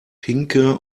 pinke